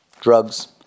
drugs